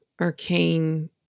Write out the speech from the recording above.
arcane